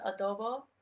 adobo